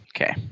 Okay